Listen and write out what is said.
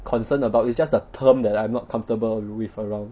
concerned about it's just the term that I'm not comfortable with lor